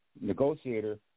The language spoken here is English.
negotiator